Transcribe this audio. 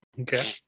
Okay